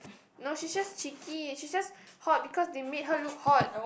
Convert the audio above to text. no she's just cheeky she's just hot because they made her look hot